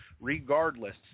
regardless